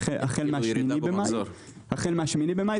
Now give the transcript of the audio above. החל מ-8.5,